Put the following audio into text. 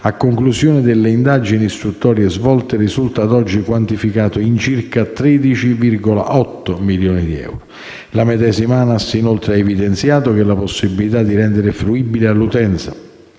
a conclusione delle indagini istruttorie svolte, risulta ad oggi quantificato in circa 13,8 milioni di euro. La medesima ANAS ha inoltre evidenziato che la possibilità di rendere fruibile all'utenza